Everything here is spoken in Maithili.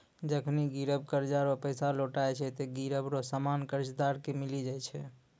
जखनि गिरब कर्जा रो पैसा लौटाय छै ते गिरब रो सामान कर्जदार के मिली जाय छै